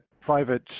private